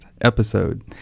episode